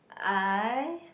I